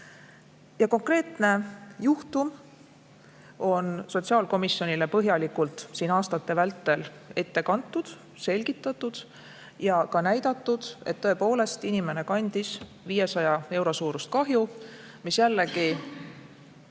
Üks konkreetne juhtum on sotsiaalkomisjonile põhjalikult siin aastate vältel ette kantud, selgitatud ja ka näidatud, et tõepoolest inimene kandis 500 euro suurust kahju, mis puudega